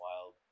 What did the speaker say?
wild